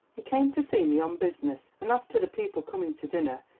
he came to see me on business, and as to the people coming to dinner,